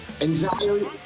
anxiety